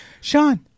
Sean